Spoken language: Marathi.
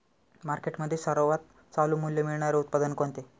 मार्केटमध्ये सर्वात चालू मूल्य मिळणारे उत्पादन कोणते?